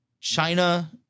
China